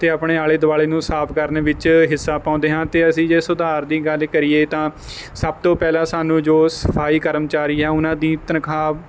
ਅਤੇ ਆਪਣੇ ਆਲੇ ਦੁਆਲੇ ਨੂੰ ਸਾਫ਼ ਕਰਨ ਵਿੱਚ ਹਿੱਸਾ ਪਾਉਂਦੇ ਹਾਂ ਅਤੇ ਅਸੀਂ ਜੇ ਸੁਧਾਰ ਦੀ ਗੱਲ ਕਰੀਏ ਤਾਂ ਸਭ ਤੋਂ ਪਹਿਲਾਂ ਸਾਨੂੰ ਜੋ ਸਫਾਈ ਕਰਮਚਾਰੀ ਆ ਉਹਨਾਂ ਦੀ ਤਨਖਾਹ